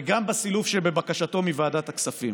וגם הסילוף שבבקשתו מוועדת הכספים.